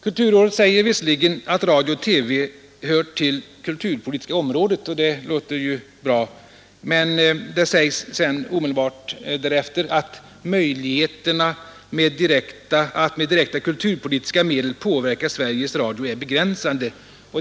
Kulturrådet säger visserligen att radio och TV hör till det kulturpolitiska området, och det låter ju bra, men det sägs sedan omedelbart därefter att möjligheterna att med direkta kulturpolitiska medel påverka Sveriges Radio är begränsade.